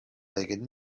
legged